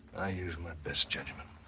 i used my best judgment.